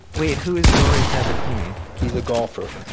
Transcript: wait who is rory sabatini? he's a golfer.